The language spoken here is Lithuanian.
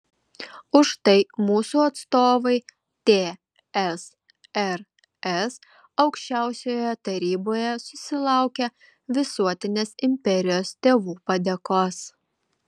už tai mūsų atstovai tsrs aukščiausiojoje taryboje susilaukė visuotinės imperijos tėvų padėkos